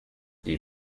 die